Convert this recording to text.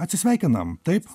atsisveikinam taip